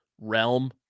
realm